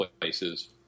places